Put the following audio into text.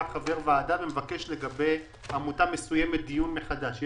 חבר ועדה ומבקש לגבי עמותה מסוימת דיון מחדש?